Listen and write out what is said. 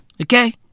Okay